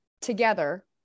together